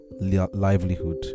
livelihood